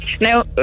Now